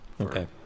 okay